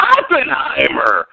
Oppenheimer